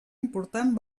important